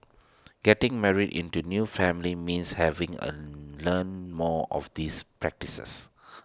getting married into A new family means having A learn more of these practices